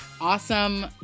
awesome